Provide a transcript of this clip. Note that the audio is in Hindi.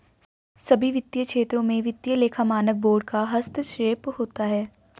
सभी वित्तीय क्षेत्रों में वित्तीय लेखा मानक बोर्ड का हस्तक्षेप होता है